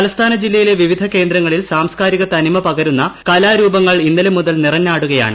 തലസ്ഥാന ജില്ലയിലെ വിവിധ കേന്ദ്രങ്ങളിൽ ക്യാറ്റ്സ്കാരിക തനിമ പകരുന്ന കലാരൂപങ്ങൾ ഇന്നലെ മുതൽ നിറഞ്ഞാടൂകയാണ്